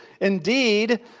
Indeed